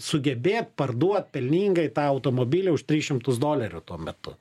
sugebėt parduot pelningai tą automobilį už tris šimtus dolerių tuo metu